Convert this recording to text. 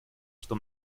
что